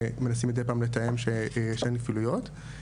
מנסים מדי פעם לתאם שאין כפילויות.